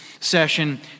session